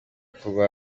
kwa